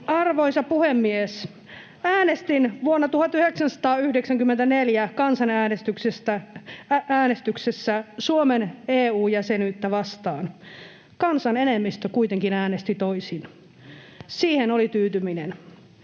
Arvoisa puhemies! Äänestin vuonna 1994 kansanäänestyksessä Suomen EU-jäsenyyttä vastaan. Kansan enemmistö kuitenkin äänesti toisin. Siihen oli tyytyminen.